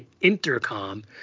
intercom